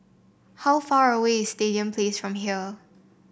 how far away is Stadium Place from here